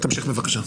תמשיך בבקשה.